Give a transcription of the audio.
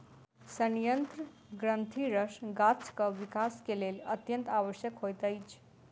सयंत्र ग्रंथिरस गाछक विकास के लेल अत्यंत आवश्यक होइत अछि